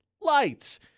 lights